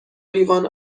لیوان